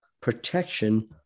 protection